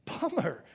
Bummer